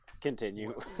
Continue